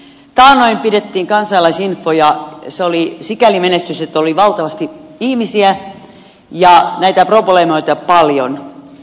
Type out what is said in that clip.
taannoin pidettiin kansalaisinfo ja se oli sikäli menestys että oli valtavasti ihmisiä ja näitä probleemoita paljon